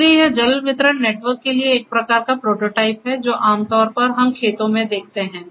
इसलिए यह जल वितरण नेटवर्क के लिए एक प्रकार का प्रोटोटाइप है जो आमतौर पर हम खेतों में देखते हैं